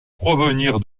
provenir